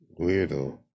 Weirdo